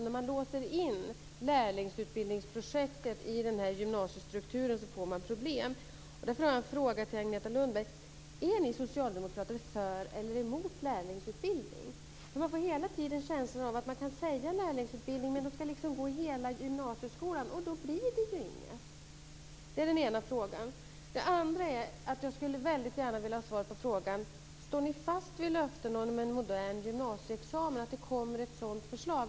När man låser in lärlingsutbildningsprojektet i gymnasiestrukturen får man problem. Därför har jag en fråga till Agneta Lundberg: Är ni socialdemokrater för eller emot lärlingsutbildning? Man får hela tiden känslan av att det går att säga lärlingsutbildning, men de ska gå hela gymnasieskolan, och då blir det ju inget. Det är den ena frågan. Den andra frågan jag väldigt gärna skulle vilja ha svar på är: Står ni fast vid löftena om en modern gymnasieexamen, kommer det ett sådant förslag?